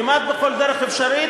כמעט בכל דרך אפשרית,